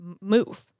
move